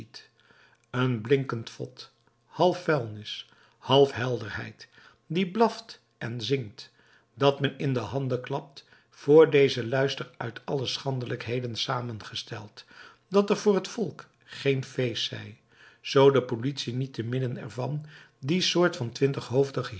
een blinkend vod half vuilnis half helderheid die blaft en zingt dat men in de handen klapt voor dezen luister uit alle schandelijkheden samengesteld dat er voor het volk geen feest zij zoo de politie niet te midden ervan die soort van